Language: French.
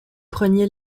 preniez